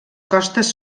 costes